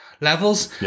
levels